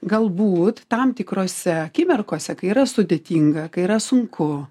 galbūt tam tikrose akimirkose kai yra sudėtinga kai yra sunku